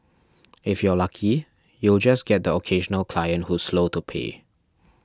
if you're lucky you'll just get the occasional client who's slow to pay